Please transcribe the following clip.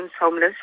homeless